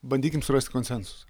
bandykim surasti konsensusą